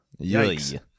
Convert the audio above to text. Yikes